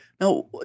Now